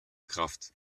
kraft